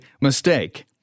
mistake